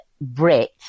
brit